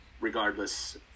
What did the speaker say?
regardless